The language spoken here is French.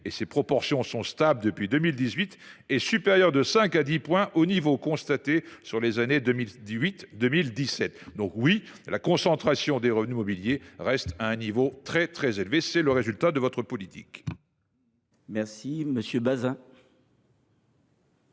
eux. Ces proportions sont stables depuis 2018 et supérieures de 5 à 10 points aux niveaux constatés sur les années 2018 2017. Oui, la concentration des revenus mobiliers reste à un niveau très élevé, et c’est le résultat de votre politique ! La parole